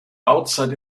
bauzeit